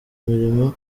imirimo